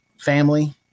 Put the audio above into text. family